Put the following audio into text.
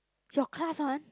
your class one